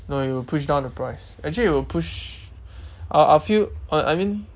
no it will push down the price actually it will push I I feel uh I mean